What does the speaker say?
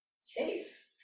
safe